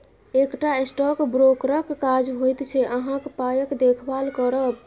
एकटा स्टॉक ब्रोकरक काज होइत छै अहाँक पायक देखभाल करब